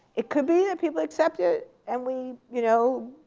it could be that people accept it and we you know